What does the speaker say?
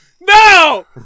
No